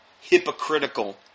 hypocritical